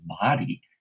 body